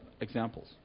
examples